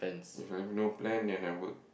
If I have no plan then I work